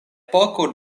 epoko